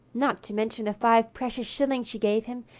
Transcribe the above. not to mention the five precious shillings she gave him,